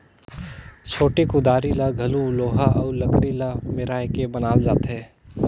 छोटे कुदारी ल घलो लोहा अउ लकरी ल मेराए के बनाल जाथे